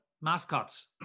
mascots